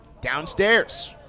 Downstairs